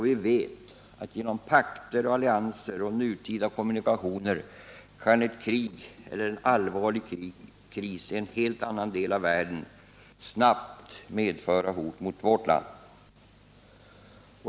Vi vet att genom pakter, allianser och nutida kommunikationer kan ett krig eller en allvarlig kris i en helt annan del av världen snabbt medföra hot mot vårt land.